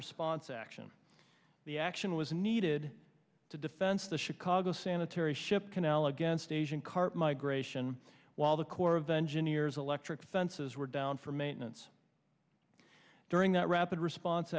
response action the action was needed to defense the chicago sanitary ship canal against asian carp migration while the corps of engineers electric fences were down for maintenance during that rapid response